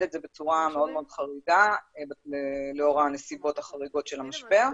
את זה בצורה מאוד מאוד חריגה לאור הנסיבות החריגות של המשבר.